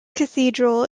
cathedral